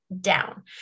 down